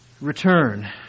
return